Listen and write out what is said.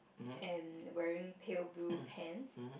and wearing pale blue pants